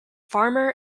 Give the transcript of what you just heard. farmer